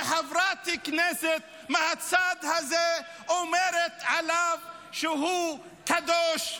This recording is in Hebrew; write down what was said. וחברת כנסת מהצד הזה אומרת עליו שהוא קדוש,